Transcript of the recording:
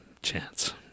chance